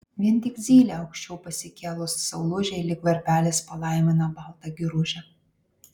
vien tik zylė aukščiau pasikėlus saulužei lyg varpelis palaimina baltą giružę